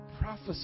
prophesy